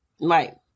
Right